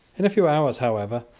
in a few hours, however,